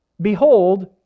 Behold